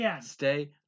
stay